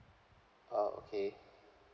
ah okay